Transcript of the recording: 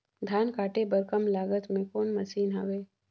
धान काटे बर कम लागत मे कौन मशीन हवय?